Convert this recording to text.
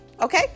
Okay